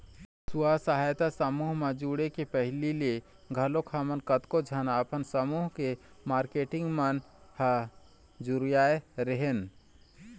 स्व सहायता समूह म जुड़े के पहिली ले घलोक हमन कतको झन अपन समूह के मारकेटिंग मन ह जुरियाय रेहेंन